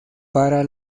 para